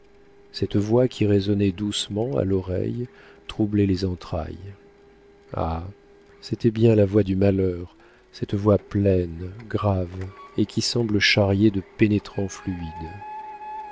cette voix qui résonnait doucement à l'oreille troublait les entrailles ah c'était bien la voix du malheur cette voix pleine grave et qui semble charrier de pénétrants fluides